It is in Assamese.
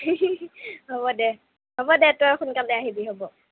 হ'ব দে হ'ব দে তই সোনকালে আহিবি হ'ব